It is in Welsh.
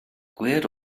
gwir